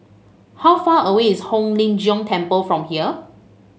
how far away is Hong Lim Jiong Temple from here